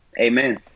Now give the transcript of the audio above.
Amen